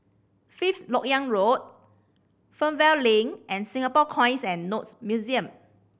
Fifth Lok Yang Road Fernvale Link and Singapore Coins and Notes Museum